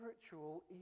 spiritual